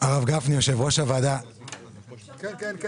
הכי חשוב,